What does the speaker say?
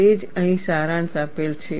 તે જ અહીં સારાંશ આપેલ છે